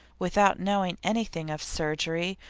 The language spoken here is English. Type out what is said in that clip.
without knowing anything of surgery,